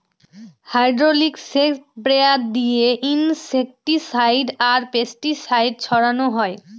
hydraulic sprayer দিয়ে insecticide আর pesticide ছড়ানো হয়